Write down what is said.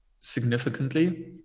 significantly